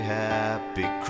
happy